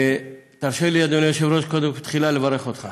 תרשה לי, אדוני היושב-ראש, תחילה לברך אותך